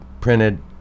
printed